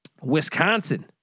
Wisconsin